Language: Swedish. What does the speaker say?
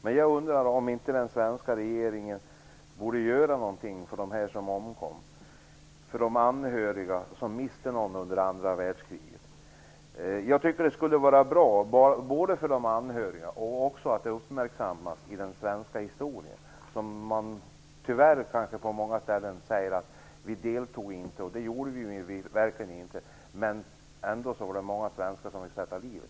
Men jag undrar om inte den svenska regeringen borde göra något för de anhöriga som miste någon under andra världskriget. Det skulle vara bra både för de anhöriga och för att det skulle bli uppmärksammat i den svenska historien. På många ställen kan man läsa att vi inte deltog, och det gjorde vi verkligen inte, men det var ändå många svenskar som fick sätta till livet.